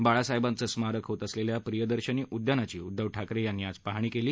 बाळासाहेबांचं स्मारक होत असलेल्या प्रियदर्शनी उद्यानाची उद्घव ठाकरे यांनी आज पाहणी केली